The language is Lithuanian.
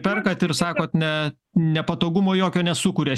perkat ir sakot ne nepatogumo jokio nesukuria